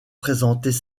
présentés